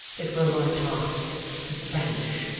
it were my task to banish,